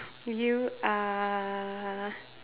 you are